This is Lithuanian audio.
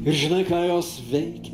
ir žinai ką jos veikia